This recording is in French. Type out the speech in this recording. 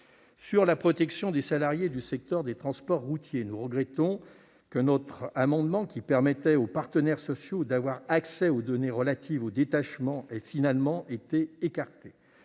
de la protection des salariés du secteur des transports routiers, nous regrettons que notre amendement, qui visait à ce que les partenaires sociaux aient accès aux données relatives au détachement, ait finalement été écarté.